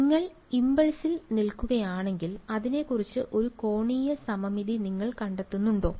നിങ്ങൾ ഇംപൾസിൽ നിൽക്കുകയാണെങ്കിൽ അതിനെക്കുറിച്ച് ഒരു കോണീയ സമമിതി നിങ്ങൾ കണ്ടെത്തുന്നുണ്ടോ